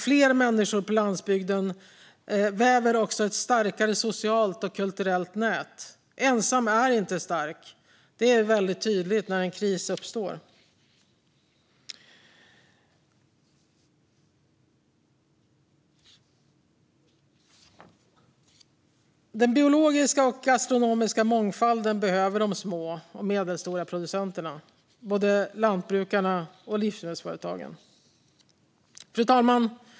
Fler människor på landsbygden väver också ett starkare socialt och kulturellt nät. Ensam är inte stark. Det är väldigt tydligt när en kris uppstår. Den biologiska och gastronomiska mångfalden behöver de små och medelstora producenterna, både lantbrukarna och livsmedelsföretagen. Fru talman!